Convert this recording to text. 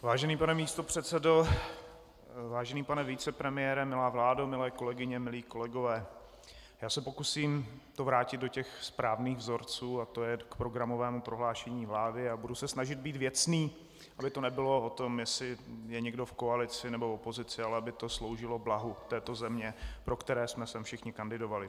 Vážený pane místopředsedo, vážený pane vicepremiére, milá vládo, milé kolegyně, milí kolegové, já se to pokusím vrátit do těch správných vzorců, tj. k programovému prohlášení vlády, a budu se snažit být věcný, aby to nebylo o tom, jestli je někdo v koalici, nebo opozici, ale aby to sloužilo blahu této země, pro které jsme sem všichni kandidovali.